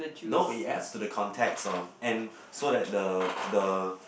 no it adds to the context of and so that the the